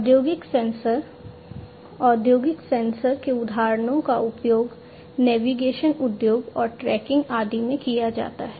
औद्योगिक सेंसर औद्योगिक सेंसर के उदाहरणों का उपयोग नेविगेशन उद्योग और ट्रैकिंग आदि में किया जा सकता है